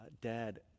Dad